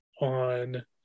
on